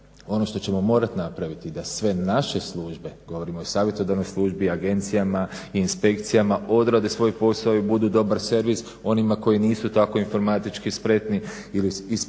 Ono što ćemo morati napraviti da sve naše službe govorim o savjetodavnoj službi, agencijama, inspekcijama odrade svoj posao i budu dobar servis, onima koji nisu tako informatički spretni i spremni.